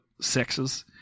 sexes